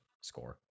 score